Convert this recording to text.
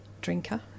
drinker